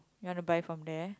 you wanna buy from there